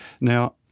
Now